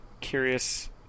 curious